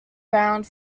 round